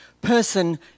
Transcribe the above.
person